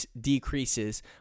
decreases